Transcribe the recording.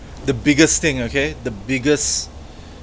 the biggest thing okay the biggest